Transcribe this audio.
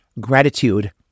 gratitude